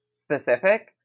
specific